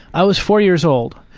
i was four years old.